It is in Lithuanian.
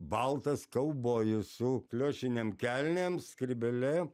baltas kaubojus su pliušinėm kelnėm skrybėlė